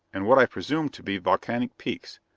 and what i presume to be volcanic peaks.